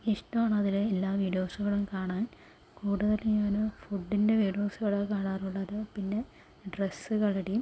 എനിക്കിഷ്ടമാണ് അതിൽ എല്ലാ വീഡിയോസുകളും കാണാൻ കൂടുതലും ഞാനും ഫുഡിന്റെ വീഡിയോസുകളാണ് കാണാറുള്ളത് പിന്നെ ഡ്രസ്സുകളുടെയും